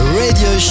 radio